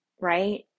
right